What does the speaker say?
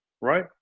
right